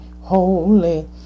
holy